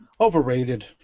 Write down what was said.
Overrated